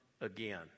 again